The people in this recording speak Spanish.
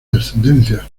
descendencia